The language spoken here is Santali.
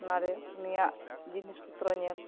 ᱚᱱᱟᱨᱮ ᱩᱱᱤᱭᱟᱜ ᱡᱤᱱᱤᱥᱯᱚᱛᱛᱨᱚ ᱧᱮᱞ